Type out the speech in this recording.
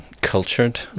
cultured